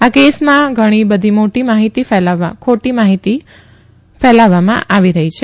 આ કેસમાં ધણી બધી ખોટી માહિતી ફેલાવવામાં આવી રહી છે